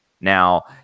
Now